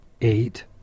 Eight